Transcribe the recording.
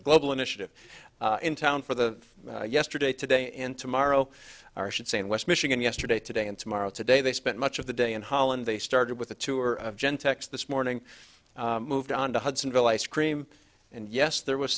the global initiative in town for the yesterday today and tomorrow or should say in west michigan yesterday today and tomorrow today they spent much of the day in holland they started with a tour of gentex this morning moved on to hudsonville ice cream and yes there was